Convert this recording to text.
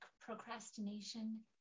procrastination